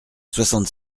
soixante